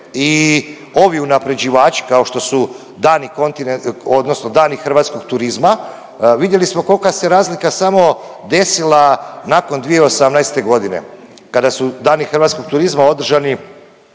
Dani kontinenta…, odnosno Dani hrvatskog turizma. Vidjeli smo kolka se razlika samo desila nakon 2018.g. kada su Dani hrvatskog turizma održani